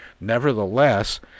Nevertheless